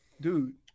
Dude